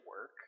work